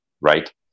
right